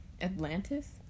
Atlantis